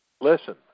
listen